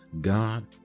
God